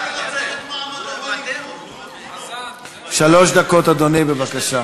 גם אני רוצה להשתתף בדיון על חוק השבת.